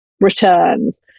returns